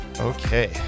Okay